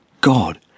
God